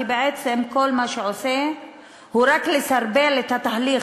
כי בעצם כל מה שהוא עושה זה רק לסרבל יותר את התהליך